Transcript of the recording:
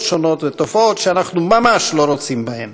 שונות ותופעות שאנחנו ממש לא רוצים בהן.